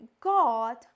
god